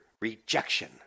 rejection